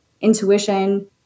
intuition